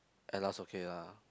at last okay lah